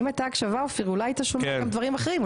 אם הייתה הקשבה אולי היית שומע גם דברים אחרים,